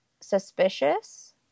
suspicious